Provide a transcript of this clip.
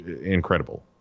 incredible